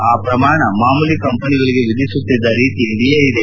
ಆ ಪ್ರಮಾಣ ಮಾಮೂಲಿ ಕಂಪನಿಗಳಿಗೆ ವಿಧಿಸುತ್ತಿದ್ದ ರೀತಿಯಲ್ಲೇ ಇರಲಿದೆ